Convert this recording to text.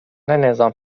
نظام